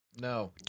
No